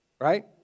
right